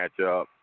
matchup